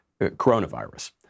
coronavirus